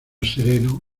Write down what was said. sereno